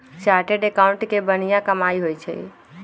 chartered accountant के बनिहा कमाई होई छई